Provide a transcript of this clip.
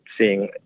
seeing